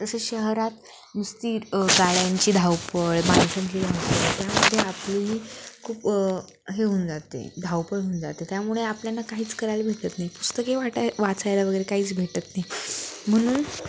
तसेच शहरात नुसती गाड्यांची धावपळ माणसांची धावपळ त्यामध्ये आपलीही खूप हे होऊन जाते धावपळ होऊन जाते त्यामुळे आपल्यांना काहीच करायला भेटत नाही पुस्तके वाटाय वाचायला वगैरे काहीच भेटत नाही म्हणून